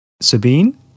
Sabine